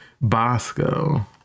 Bosco